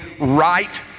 right